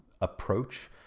approach